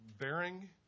bearing